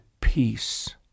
peace